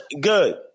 Good